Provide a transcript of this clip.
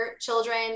children